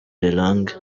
bellange